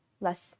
less